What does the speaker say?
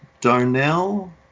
Darnell